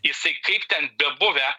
jisai kaip ten bebuvę